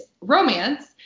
romance